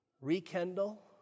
rekindle